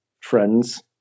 friends